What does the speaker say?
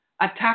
attack